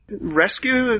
Rescue